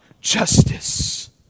justice